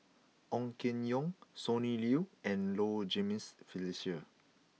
Ong Keng Yong Sonny Liew and Low Jimenez Felicia